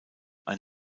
ein